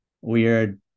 weird